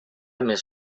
més